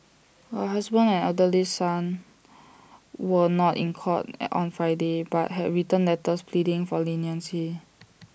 her husband and elderly son were not in court on Friday but had written letters pleading for leniency